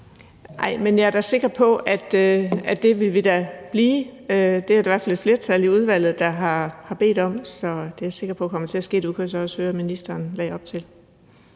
jeg er da sikker på, at det vil vi blive indkaldt til. Det er der i hvert fald et flertal i udvalget der har bedt om, så det er jeg sikker på kommer til at ske. Det kunne jeg så også høre at ministeren lagde op til.